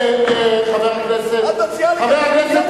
חבר הכנסת